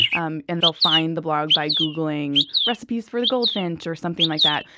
and and they'll find the blog by googling recipes for the goldfinch or something like that.